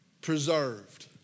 preserved